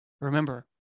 Remember